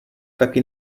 taky